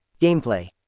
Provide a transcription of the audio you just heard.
gameplay